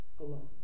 alone